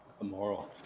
immoral